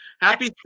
Happy